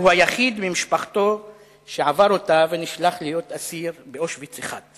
והוא היחיד ממשפחתו שעבר אותה ונשלח להיות אסיר באושוויץ 1: